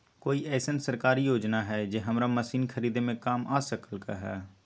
कोइ अईसन सरकारी योजना हई जे हमरा मशीन खरीदे में काम आ सकलक ह?